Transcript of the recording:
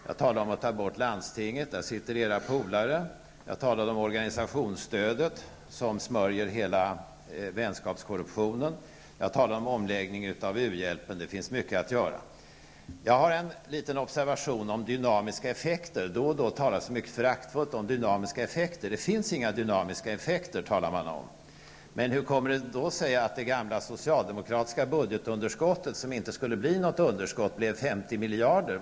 Jag talade om att man skulle ta bort landstingen, där era polare sitter. Jag talade om organisationsstödet, som smörjer hela vänskapskorruptionen. Jag talade om en omläggning av u-hjälpen. Det finns mycket att göra. Jag har gjort en liten observation i fråga om dynamiska effekter. Då och då talas det mycket föraktfullt om dynamiska effekter. Man talar om att det inte finns några dynamiska effekter. Men hur kommer det sig då att det gamla socialdemokratiska budgetunderskottet, som inte skulle bli något underskott, blev 50 miljarder?